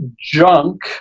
junk